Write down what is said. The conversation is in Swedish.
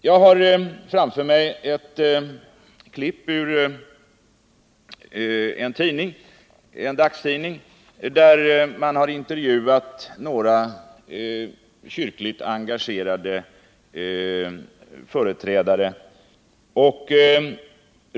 Jag har framför mig ett klipp ur en dagstidning, där man har intervjuat några kyrkligt engagerade företrädare.